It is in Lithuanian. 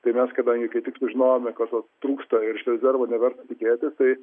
tai mes kadangi kai tik sužinome kad vat trūksta ir iš rezervo neverta tikėtis tai